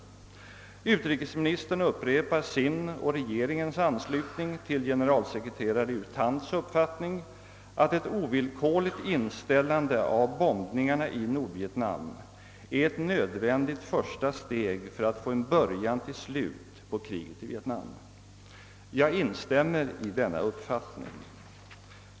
Utrikesmi nistern upprepar sin och regeringens anslutning till generalsekreterare U Thants uppfattning, att ett ovillkorligt inställande av bombningarna i Nordvietnam är ett nödvändigt första steg för att få en början till slut på kriget i Vietnam. Jag instämmer i denna uppfattning.